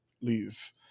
leave